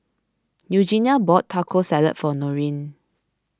Eugenia bought Taco Salad for Norene